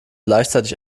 gleichzeitig